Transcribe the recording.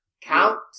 Count